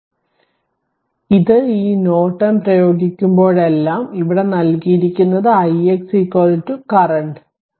അതിനാൽ ഇത് ഈ നോർട്ടൺ പ്രയോഗിക്കുമ്പോഴെല്ലാം ഇവിടെ നൽകിയിരിക്കുന്നത് ix കറന്റ് കിട്ടി